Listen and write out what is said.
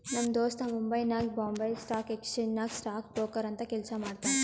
ನಮ್ ದೋಸ್ತ ಮುಂಬೈನಾಗ್ ಬೊಂಬೈ ಸ್ಟಾಕ್ ಎಕ್ಸ್ಚೇಂಜ್ ನಾಗ್ ಸ್ಟಾಕ್ ಬ್ರೋಕರ್ ಅಂತ್ ಕೆಲ್ಸಾ ಮಾಡ್ತಾನ್